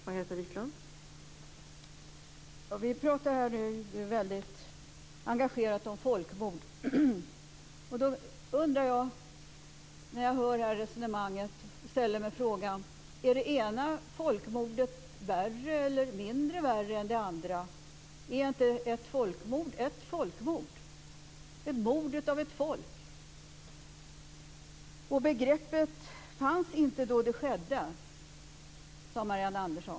Fru talman! Vi pratar här nu väldigt engagerat om folkmord. Jag undrar när jag hör det här resonemanget: Är det ena folkmordet värre eller mindre illa än det andra? Är inte ett folkmord ett folkmord, ett mord på ett folk? Begreppet fanns inte då detta skedde, sade Marianne Andersson.